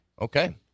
Okay